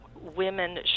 women